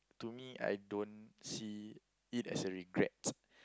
to me I don't see it as a regret